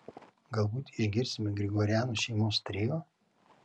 galbūt išgirsime grigorianų šeimos trio